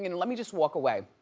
you know let me just walk away.